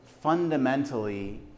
fundamentally